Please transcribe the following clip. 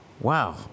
Wow